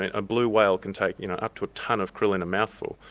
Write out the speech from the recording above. a a blue whale can take you know up to a tonne of krill in a mouthful.